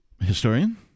Historian